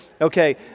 okay